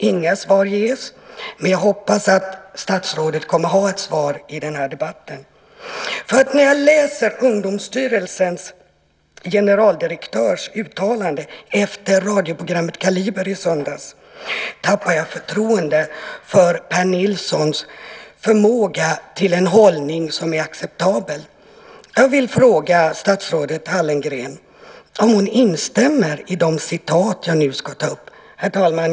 Inga svar ges, men jag hoppas att statsrådet kommer att ha ett svar i den här debatten. När jag läste Ungdomsstyrelsens generaldirektörs uttalande efter radioprogrammet i söndags tappade jag förtroende för Per Nilssons förmåga till en hållning som är acceptabel. Jag vill fråga statsrådet Hallengren om hon instämmer i de citat som jag nu ska ta upp. Herr talman!